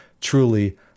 truly